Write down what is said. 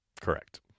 Correct